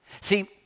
See